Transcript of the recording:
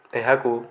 ଏହାକୁ